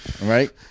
Right